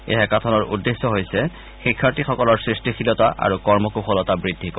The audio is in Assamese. এই হেকাথনৰ উদ্দেশ্যে হৈছে শিক্ষাৰ্থীসকলৰ সৃষ্টিশীলতা আৰু কৰ্মকুশলতা বৃদ্ধি কৰা